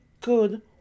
good